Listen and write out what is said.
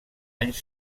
anys